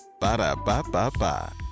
Ba-da-ba-ba-ba